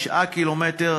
9 קילומטרים,